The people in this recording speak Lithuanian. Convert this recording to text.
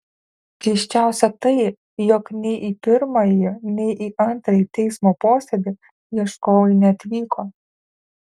keisčiausia tai jog nei į pirmąjį nei į antrąjį teismo posėdį ieškovai neatvyko